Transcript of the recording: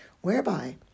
whereby